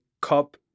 cup